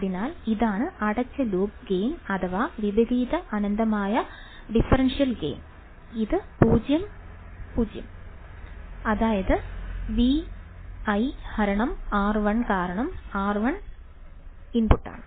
അതിനാൽ ഇതാണ് അടച്ച ലൂപ്പ് ഗെയിൻ അഥവാ വിപരീത അനന്തമായ ഡിഫറൻഷ്യൽ ഗെയിൻ ഇത് പൂജ്യം അനന്തമായ ഇൻപുട്ട് ഇംപെഡൻസല്ലാതെ മറ്റൊന്നുമല്ല അതായത് ViR1 കാരണം R1 ഇൻപുട്ടാണ്